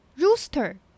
Rooster